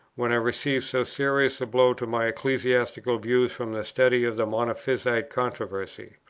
when i received so serious a blow to my ecclesiastical views from the study of the monophysite controversy.